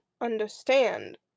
understand